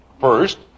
first